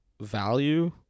value